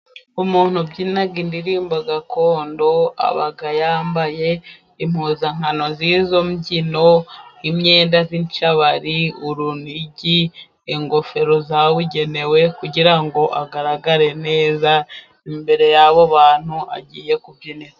Umuntu ubyina indirimbo gakondo aba yambaye impuzankano y'izo mbyino. Imyenda y'inshabari, urunigi, ingofero zabugenewe kugira ngo agaragare neza imbere y'abo bantu agiye kubyinira.